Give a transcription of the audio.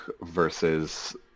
versus